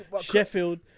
Sheffield